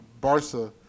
Barca